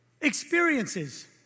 experiences